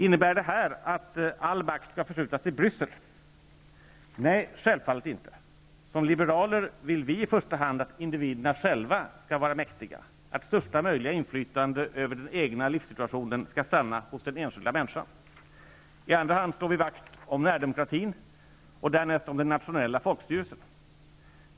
Innebär detta att all makt skall förskjutas till Bryssel? Nej, självfallet inte. Som liberaler vill vi i första hand att individerna själva skall vara mäktiga, att största möjliga inflytande över den egna livssituationen skall stanna hos den enskilda människan. I andra hand slår vi vakt om närdemokratin och därnäst om den nationella folkstyrelsen.